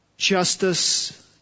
justice